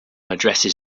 addresses